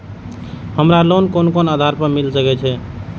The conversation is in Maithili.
हमरा लोन कोन आधार पर मिल सके छे?